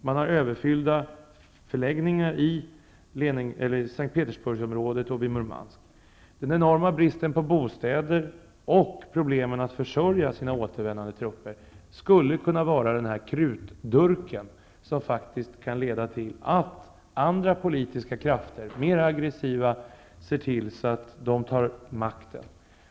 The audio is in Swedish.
Man har överfyllda förläggningar i S:t Petersburgsområdet och vid Murmansk. Den enorma bristen på bostäder och problemet att försörja de återvändande trupperna skulle kunna vara krutdurken som faktiskt kan leda till att andra politiska krafter, mera aggressiva, ser till att ta makten.